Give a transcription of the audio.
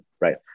right